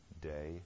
day